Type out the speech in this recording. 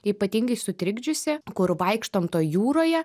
ypatingai sutrikdžiusi kur vaikštom toj jūroje